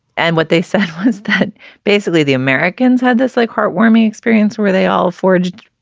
and what they said was that basically the americans had this like heartwarming experience where they all forged,